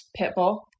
Pitbull